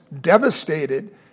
devastated